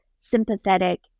sympathetic